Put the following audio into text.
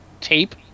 tape